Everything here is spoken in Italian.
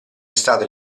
stato